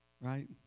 Right